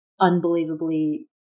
unbelievably